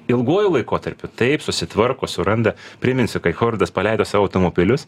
ilguoju laikotarpiu taip susitvarko suranda priminsiu kai fordas paleido savo automobilius